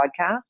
podcast